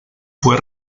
fue